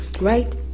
right